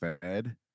fed